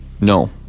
No